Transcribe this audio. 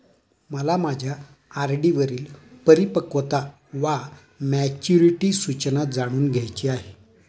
मला माझ्या आर.डी वरील परिपक्वता वा मॅच्युरिटी सूचना जाणून घ्यायची आहे